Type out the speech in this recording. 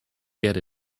get